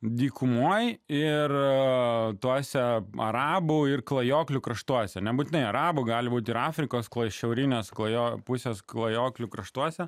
dykumoj ir tuose arabų ir klajoklių kraštuose nebūtinai arabų gali būti ir afrikos ko iš šiaurinės kajo pusės klajoklių kraštuose